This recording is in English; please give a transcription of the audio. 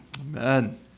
Amen